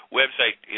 website